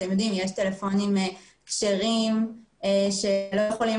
אתם יודעים שיש טלפונים כשרים שלא יכולים